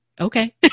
okay